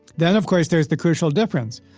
then, of course, there's the crucial difference,